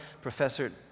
Professor